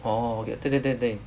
orh 对对对对